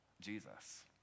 Jesus